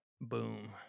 Boom